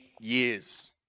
years